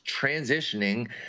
transitioning